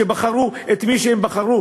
שבחרו את מי שהם בחרו?